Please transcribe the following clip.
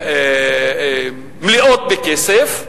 מלאות בכסף,